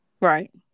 Right